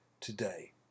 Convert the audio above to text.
today